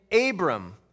Abram